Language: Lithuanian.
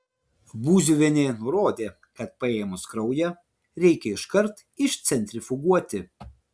būziuvienė nurodė kad paėmus kraują reikia iškart išcentrifuguoti